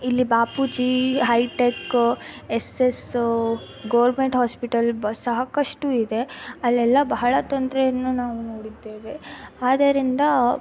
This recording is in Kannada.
ಇಲ್ಲಿ Bapuji hi tech S S government hospital ಸಾಕಷ್ಟು ಇದೆ ಅಲ್ಲೆಲ್ಲ ಬಹಳ ತೊಂದರೆಯನ್ನು ನಾವು ನೋಡಿದ್ದೇವೆ ಆದ್ದರಿಂದ